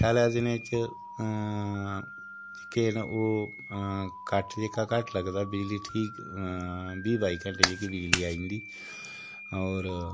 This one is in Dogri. स्यालें दिने च केह् न ओह् कट जेह्का घट्ट लगदा बिजली ठीक बीह् बाई घैंटे जेह्की बिजली आई जन्दी होर